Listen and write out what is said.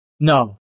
No